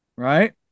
right